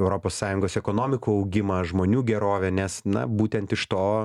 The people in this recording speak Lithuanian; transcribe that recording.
europos sąjungos ekonomikų augimą žmonių gerovę nes na būtent iš to